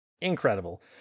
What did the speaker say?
Incredible